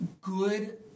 good